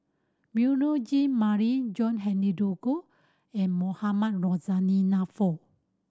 Beurel Jean Marie John Henry Duclo and Mohamed Rozani Naarof